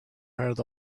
heard